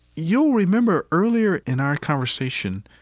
you'll remember earlier in our conversation,